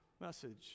message